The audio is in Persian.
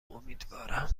امیدوارم